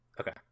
Okay